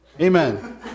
Amen